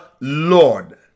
Lord